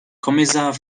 kommissar